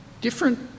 different